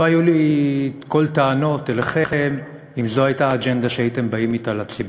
לא היו לי כל טענות אליכם אם זו הייתה האג'נדה שאתה באתם לציבור,